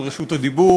על רשות הדיבור,